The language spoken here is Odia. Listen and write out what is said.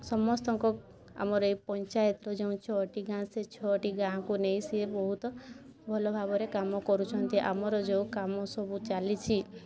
ସମସ୍ତଙ୍କ ଆମର ଏଇ ପଞ୍ଚାୟତ ଯେଉଁ ଛଅଟି ଗାଁ ସେଇ ଛଅଟି ଗାଆଁକୁ ନେଇ ସେ ବହୁତ ଭଲ ଭାବରେ କାମ କରୁଛନ୍ତି ଆମର ଯେଉଁ କାମ ସବୁ ଚାଲିଛି